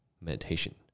meditation